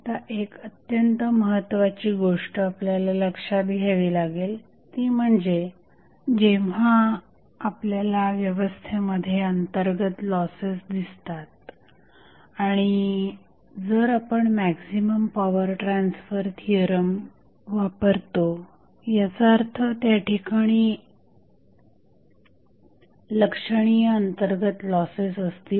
आता एक अत्यंत महत्त्वाची गोष्ट आपल्याला लक्षात घ्यावी लागेल ती म्हणजे जेव्हा आपल्याला व्यवस्थेमध्ये अंतर्गत लॉसेस दिसतात आणि जर आपण मॅक्झिमम पॉवर ट्रान्सफर थिअरम वापरतो याचा अर्थ त्याठिकाणी लक्षणीय अंतर्गत लॉसेस असतील